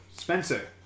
Spencer